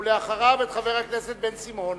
ואחריו, את חבר הכנסת בן-סימון.